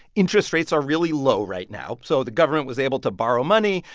interest rates are really low right now, so the government was able to borrow money,